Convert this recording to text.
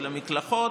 של המקלחות,